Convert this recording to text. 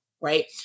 right